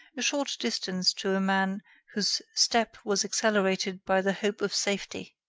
a short distance to a man whose step was accelerated by the hope of safety.